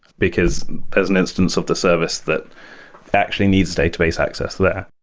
because there's an instance of the service that actually needs database access there.